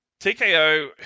TKO